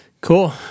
Cool